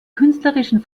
künstlerischen